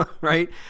Right